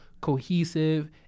cohesive